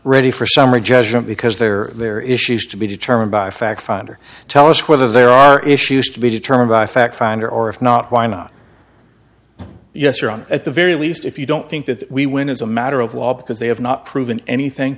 ready for summary judgment because there are there issues to be determined by fact finder tell us whether there are issues to be determined by fact founder or if not why not yes or on at the very least if you don't think that we win as a matter of law because they have not proven anything